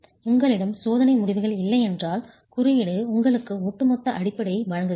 உங்களிடம் சோதனை முடிவுகள் இல்லையென்றால் குறியீடு உங்களுக்கு ஒட்டுமொத்த அடிப்படையை வழங்குகிறது